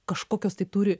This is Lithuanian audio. kažkokios tai turi